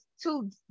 two